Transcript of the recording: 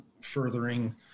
furthering